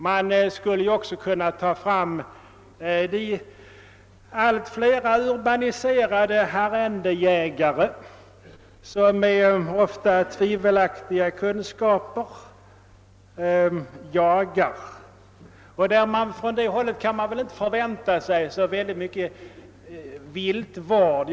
Man skulle också kunna ta som exempel de alltmer urbaniserade arrendejägare som trots ofta tvivelaktiga kunskaper bedriver jakt. Av dem kan man väl heller inte vänta sig så mycket viltvård.